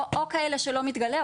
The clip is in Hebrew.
או כאלה שלא מתגלה בהם,